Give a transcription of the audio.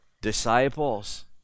disciples